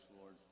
Lord